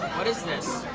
what is this?